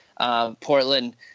Portland